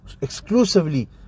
exclusively